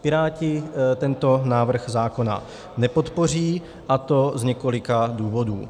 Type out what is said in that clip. Piráti tento návrh zákona nepodpoří, a to z několika důvodů.